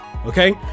Okay